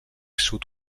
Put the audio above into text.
sud